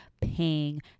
paying